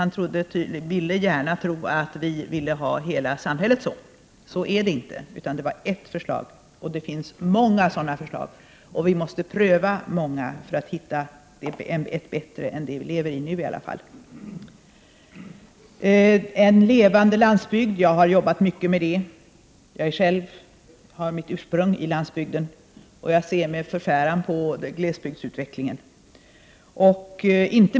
Han ville gärna tro att vi vill ha hela samhället på det sättet. Så är det inte. Det finns många sådana förslag, och vi måste pröva många för att hitta ett bättre tillstånd än det som vi lever i nu i alla fall. En levande landsbygd har jag jobbat mycket med. Jag har själv mitt ursprung i landsbygden, och jag ser med förfäran på glesbygdsutvecklingen.